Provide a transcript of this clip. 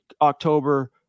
October